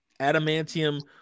adamantium